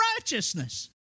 righteousness